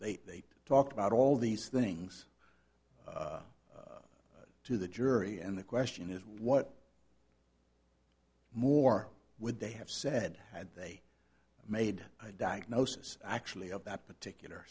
they talked about all these things to the jury and the question is what more would they have said had they made a diagnosis actually of that particular